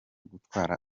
gutwara